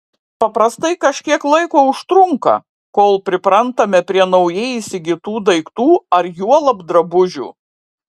paprastai kažkiek laiko užtrunka kol priprantame prie naujai įsigytų daiktų ar juolab drabužių